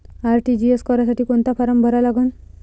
RTGS करासाठी कोंता form भरा लागन?